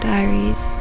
Diaries